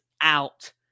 out